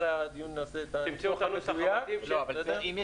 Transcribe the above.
אם אני